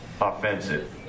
Offensive